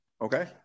Okay